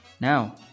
Now